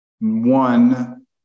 one